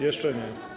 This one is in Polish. Jeszcze nie.